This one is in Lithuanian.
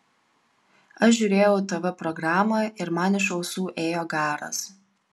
aš žiūrėjau tv programą ir man iš ausų ėjo garas